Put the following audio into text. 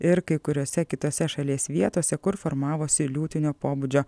ir kai kuriose kitose šalies vietose kur formavosi liūtinio pobūdžio